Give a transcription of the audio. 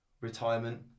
retirement